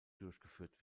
durchgeführt